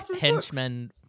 henchmen